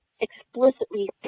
explicitly